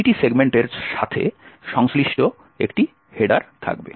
প্রতিটি সেগমেন্টের সাথে সংশ্লিষ্ট একটি হেডার থাকবে